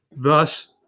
Thus